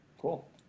cool